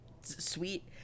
sweet